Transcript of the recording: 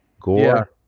Gore